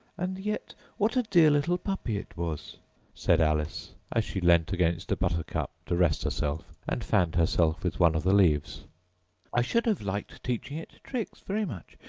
and yet what a dear little puppy it was said alice, as she leant against a buttercup to rest herself, and fanned herself with one of the leaves i should have liked teaching it tricks very much,